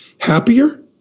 happier